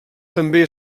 també